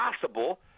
possible